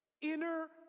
Inner